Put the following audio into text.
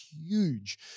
huge